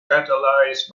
catalyzed